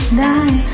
die